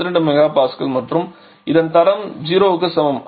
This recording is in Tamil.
32 MPa மற்றும் இதன் தரம் 0 க்கு சமம் அதாவது P3 0